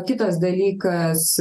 kitas dalykas